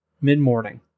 mid-morning